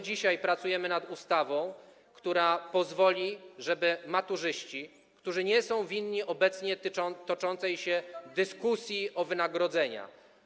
Dzisiaj pracujemy nad ustawą, która pozwoli, żeby maturzyści, którzy nie są winni obecnie toczącej się dyskusji o wynagrodzeniach.